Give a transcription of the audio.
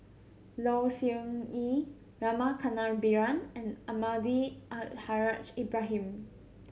Low Siew Nghee Rama Kannabiran and Almahdi Al Haj Ibrahim